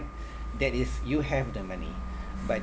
that is you have the money but